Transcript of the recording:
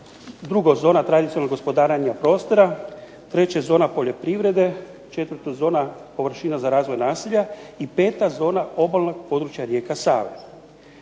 drugo zona tradicionalnog gospodarenja prostora, treće zona poljoprivrede, četvrto zona površina za razvoj naselja i peta zona obalnog područja rijeka Sava.